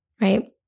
right